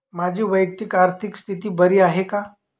माझी वैयक्तिक आर्थिक स्थिती बरी आहे का?